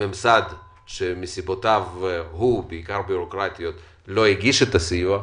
בממסד שמסיבותיו הוא הוא לא הגיש את הסיוע,